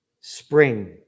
Spring